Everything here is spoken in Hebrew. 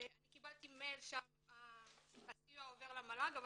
אני קיבלתי מייל שהסיוע עובר למל"ג אבל